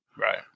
Right